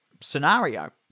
scenario